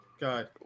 God